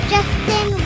Justin